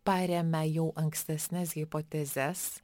paremia jau ankstesnes hipotezes